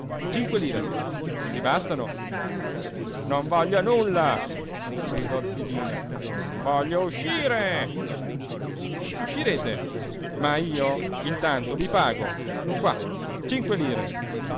cinque lire i bastano non voglio nulla gridò zi dima voglio uscire uscirete ma io intanto vi pago qua cinque lire